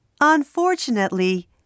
Unfortunately